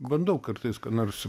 bandau kartais ką nors